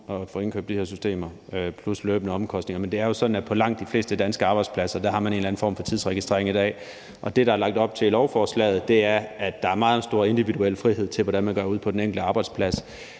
at få indkøbt de her systemer plus de løbende omkostninger. Men det er jo sådan, at på langt de fleste danske arbejdspladser har man en eller anden form for tidsregistrering i dag. Og det, der er lagt op til i lovforslaget, er, at der er meget stor individuel frihed, i forhold til hvordan man gør det ude på den enkelte arbejdsplads.